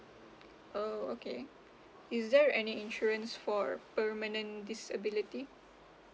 oh okay is there any insurance for permanent disability